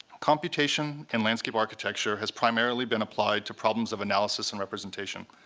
computation in landscape architecture has primarily been applied to problems of analysis and representation.